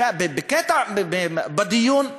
בדיון,